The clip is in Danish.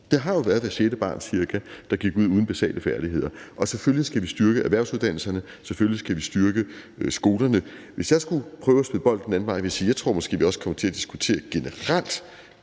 Det har jo været cirka hvert sjette barn, der gik ud af skolen uden basale færdigheder. Selvfølgelig skal vi styrke erhvervsuddannelserne, selvfølgelig skal vi styrke skolerne. Hvis jeg skulle prøve at støde bolden den anden vej, ville jeg sige, at jeg tror, at vi måske også generelt